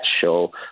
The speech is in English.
show